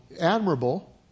admirable